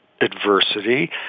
adversity